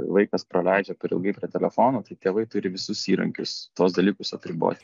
vaikas praleidžia per ilgai prie telefono tai tėvai turi visus įrankius tuos dalykus apriboti